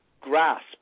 grasp